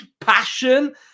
passion